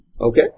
Okay